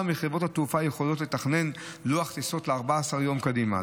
מחברות התעופה לתכנן לוח טיסות ל-14 יום קדימה.